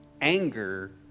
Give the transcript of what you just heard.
Anger